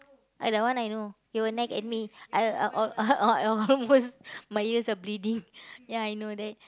ah that one I know he will nag at me I al~ al~ I almost my ears are bleeding ya I know that